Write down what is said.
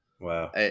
wow